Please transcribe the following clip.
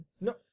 no